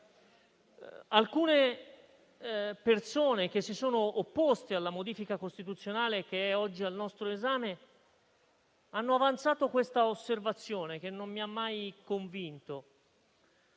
Alcune persone che si sono opposte alla modifica costituzionale oggi al nostro esame hanno avanzato un'osservazione, che non mi ha mai convinto.